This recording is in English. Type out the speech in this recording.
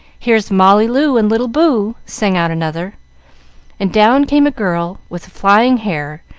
here's molly loo and little boo! sang out another and down came a girl with flying hair,